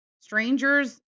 Strangers